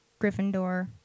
Gryffindor